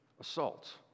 assault